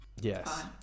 Yes